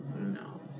No